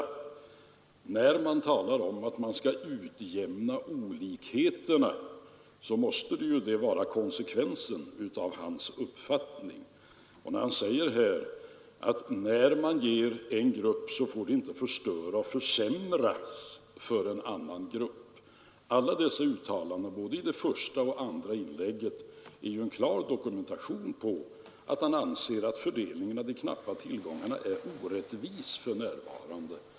Det måste ju vara konsekvensen av hans uppfattning att man skall utjämna olikheterna. Herr Sjönell säger att det förhållandet att man förbättrar situationen för en grupp inte får förstöra och försämra för en annan grupp. Både det förra och det senare uttalandet är ju en klar dokumentation av att han anser att fördelningen av de knappa tillgångarna är orättvis för närvarande.